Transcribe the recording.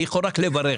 אני יכול רק לברך.